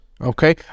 okay